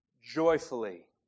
joyfully